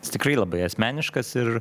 jis tikrai labai asmeniškas ir